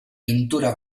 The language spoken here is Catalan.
pintura